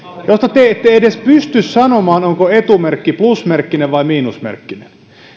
josta te te ette edes pysty sanomaan onko etumerkki plusmerkkinen vai miinusmerkkinen